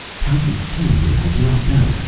how you came here i do not know,